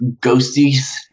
ghosties